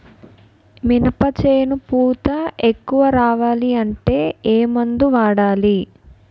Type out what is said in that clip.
మినప చేను పూత ఎక్కువ రావాలి అంటే ఏమందు వాడాలి?